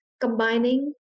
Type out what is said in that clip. combining